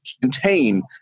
contain